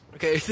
Okay